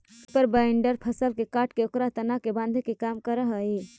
reaper binder फसल के काटके ओकर तना के बाँधे के काम करऽ हई